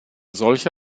solche